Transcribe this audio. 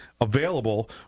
available